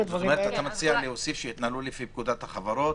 אתה מציע להוסיף "שהתנהלו לפי פקודת החברות